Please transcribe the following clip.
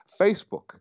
Facebook